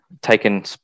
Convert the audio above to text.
taken